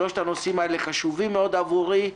שלושת הנושאים האלה חשובים עבורי,